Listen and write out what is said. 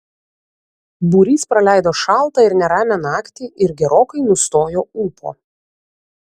būrys praleido šaltą ir neramią naktį ir gerokai nustojo ūpo